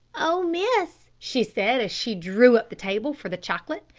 oh, miss, she said, as she drew up the table for the chocolate,